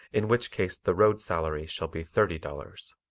in which case the road salary shall be thirty dollars.